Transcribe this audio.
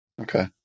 Okay